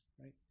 right